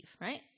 right